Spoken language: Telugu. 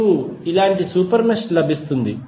మీకు ఇలాంటి సూపర్ మెష్ లభిస్తుంది